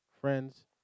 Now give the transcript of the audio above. Friends